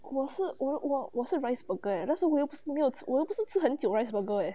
我是我我我是 rice burger ah 那时我又不是没有我又不是吃很久 rice burger eh